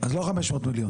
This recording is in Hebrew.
אז לא 500 מיליון.